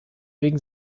wegen